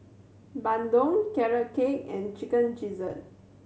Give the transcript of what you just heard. bandung Carrot Cake and Chicken Gizzard